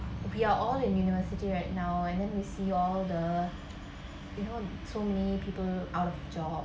we are all in university right now and then we see all the you know so many people out of job